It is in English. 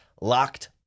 LOCKED